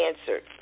answered